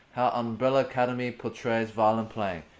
umbrella academy portrays violin playing.